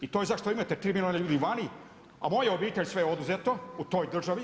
I to je zašto imate 3 milijuna ljudi vani, a mojoj obitelji sve je oduzeto u toj državi.